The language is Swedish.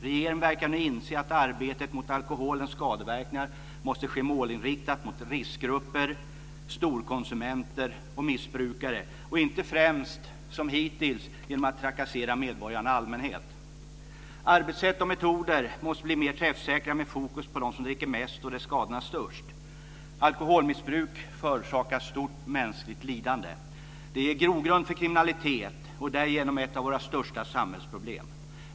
Regeringen verkar nu inse att arbetet mot alkoholens skadeverkningar måste ske målinriktat mot riskgrupper, storkonsumenter och missbrukare och inte främst som hittills genom att trakassera medborgarna i allmänhet. Arbetssätt och metoder måste blir mer träffsäkra med fokus på dem som dricker mest och där skadorna är störst. Alkoholmissbruk förorsakar stort mänskligt lidande. Det är grogrund för kriminalitet och därigenom ett av våra största samhällsproblem.